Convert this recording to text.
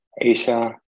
Asia